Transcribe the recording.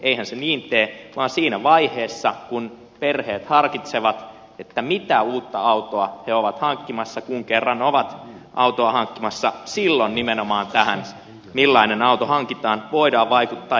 eihän se niin tee vaan siinä vaiheessa kun perheet harkitsevat mitä uutta autoa he ovat hankkimassa kun kerran ovat autoa hankkimassa nimenomaan tähän millainen auto hankitaan voidaan vaikuttaa